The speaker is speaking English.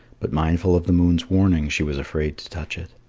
but mindful of the moon's warning, she was afraid to touch it.